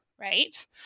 right